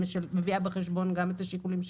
שמביאה בחשבון גם את השיקולים שלהם.